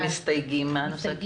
שמסתייגים מהנושא.